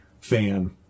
fan